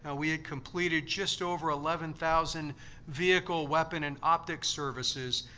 ah we had completed just over eleven thousand vehicle, weapon and optic services.